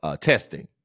testing